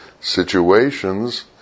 Situations